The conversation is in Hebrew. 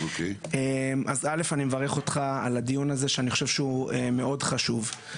אני מברך אותך על הדיון הזה שאני חושב שהוא מאוד חשוב,